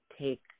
take